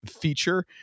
feature